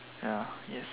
ya yes